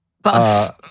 Bus